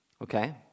Okay